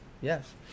yes